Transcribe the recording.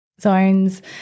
zones